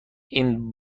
این